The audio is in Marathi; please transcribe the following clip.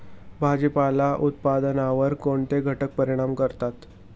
भाजीपाला उत्पादनावर कोणते घटक परिणाम करतात?